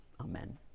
Amen